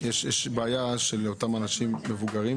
יש בעיה לאנשים מבוגרים,